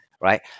right